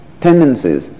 tendencies